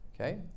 Okay